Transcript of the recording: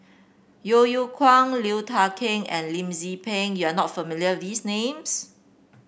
Yeo Yeow Kwang Liu Thai Ker and Lim Tze Peng you are not familiar with these names